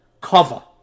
cover